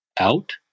out